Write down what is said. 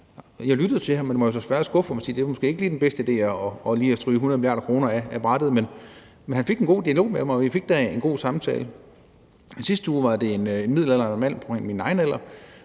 Jeg lyttede til ham, men måtte jo så desværre skuffe ham og sige, at det måske ikke lige var den bedste idé at stryge 100 mia. kr. af brættet. Men han fik en god dialog med mig, og vi fik da en god samtale. I sidste uge var det en midaldrende mand på omkring min egen alder,